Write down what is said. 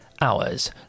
Hours